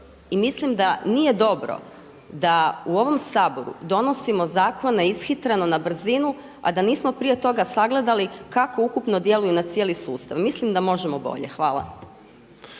mislim da nije dobro da u ovom Saboru donosimo zakone ishitreno, na brzinu, a da nismo prije toga sagledali kako ukupno djeluju na cijeli sustav. Mislim da možemo bolje. Hvala.